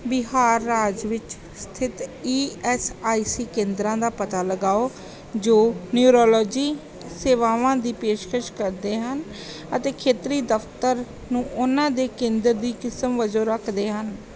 ਬਿਹਾਰ ਰਾਜ ਵਿੱਚ ਸਥਿੱਤ ਈ ਐੱਸ ਆਈ ਸੀ ਕੇਂਦਰਾਂ ਦਾ ਪਤਾ ਲਗਾਓ ਜੋ ਨਿਊਰੋਲੋਜੀ ਸੇਵਾਵਾਂ ਦੀ ਪੇਸ਼ਕਸ਼ ਕਰਦੇ ਹਨ ਅਤੇ ਖੇਤਰੀ ਦਫ਼ਤਰ ਨੂੰ ਉਹਨਾਂ ਦੇ ਕੇਂਦਰ ਦੀ ਕਿਸਮ ਵਜੋਂ ਰੱਖਦੇ ਹਨ